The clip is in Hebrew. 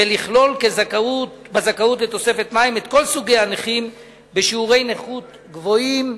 ולכלול בזכאות לתוספת מים את כל סוגי הנכים בשיעורי נכות גבוהים,